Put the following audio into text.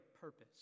purpose